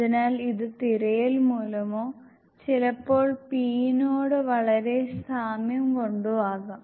അതിനാൽ ഇത് തിരയൽ മൂലമോ ചിലപ്പോൾ p നോട് വളരെ സാമ്യമുള്ളത് കൊണ്ടോ ആകാം